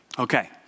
Okay